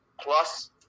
plus